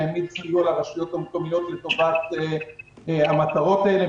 שהעמיד סיוע לרשויות המקומיות לטובת המטרות האלה,